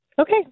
Okay